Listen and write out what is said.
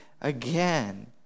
again